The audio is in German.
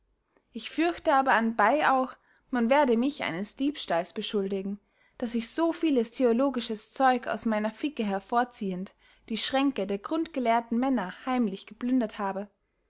ich fürchte aber anbey auch man werde mich eines diebstals beschuldigen daß ich so vieles theologisches zeug aus meiner ficke hervorziehend die schränke der grundgelehrten männer heimlich geplündert habe